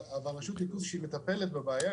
אבל כשרשות הניקוז מטפלת בבעיה,